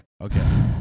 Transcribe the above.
Okay